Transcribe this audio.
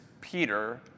Peter